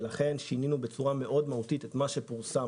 שינינו בצורה מאוד מהותית את מה שפורסם